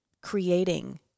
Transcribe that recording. creating